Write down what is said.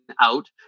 out